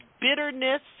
bitterness